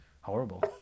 horrible